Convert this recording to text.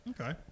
okay